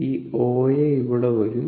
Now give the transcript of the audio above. ഈ OA ഇവിടെ വരും